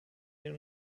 den